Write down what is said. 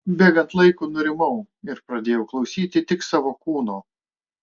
bėgant laikui nurimau ir pradėjau klausyti tik savo kūno